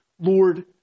Lord